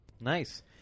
Nice